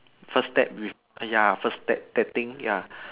first date with ya first date dating ya